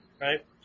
right